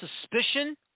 suspicion